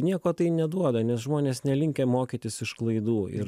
nieko tai neduoda nes žmonės nelinkę mokytis iš klaidų ir